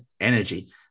Energy